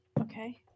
okay